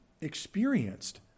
experienced